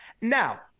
now